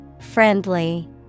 friendly